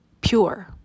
pure